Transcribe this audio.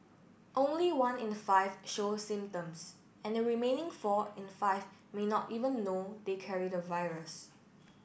only one in five show symptoms and the remaining four in five may not even know they carry the virus